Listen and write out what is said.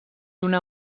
una